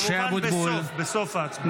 כמובן, בסוף ההצבעה.